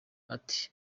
ati